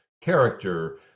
character